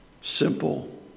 simple